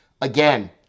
again